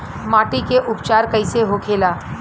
माटी के उपचार कैसे होखे ला?